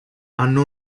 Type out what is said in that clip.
hanno